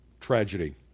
tragedy